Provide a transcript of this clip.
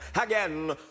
Again